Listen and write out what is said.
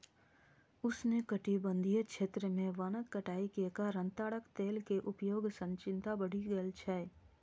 उष्णकटिबंधीय क्षेत्र मे वनक कटाइ के कारण ताड़क तेल के उपयोग सं चिंता बढ़ि गेल छै